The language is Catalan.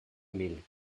mil